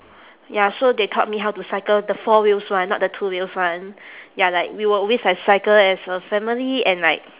ya so they taught me how to cycle the four wheels one not the two wheels one ya like we will always like cycle as a family and like